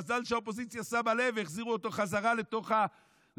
מזל שהאופוזיציה שמה לב והחזירו אותו בחזרה לתוך הקבינט,